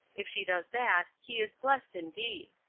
if she does that, he is blessed indeed.